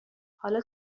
حالا